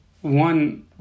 one